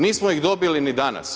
Nismo ih dobili ni danas.